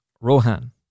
Rohan